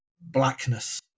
blackness